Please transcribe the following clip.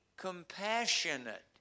Compassionate